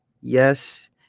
yes